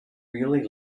really